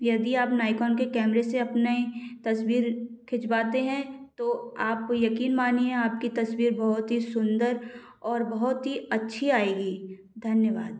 यदि आप नायकोन के कैमरे से अपने तस्वीर खिचवाते हैं तो आप यकीन मानिए आपकी तस्वीर बहुत ही सुंदर और बहुत ही अच्छी आएगी धन्यवाद